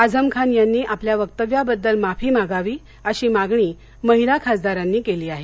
आझम खान यांनी आपल्या वक्तव्याबद्दल माफी मागावी अशी मागणी महिला खासदारांनी केली आहे